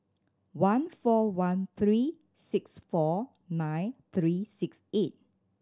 one four one three six four nine three six eight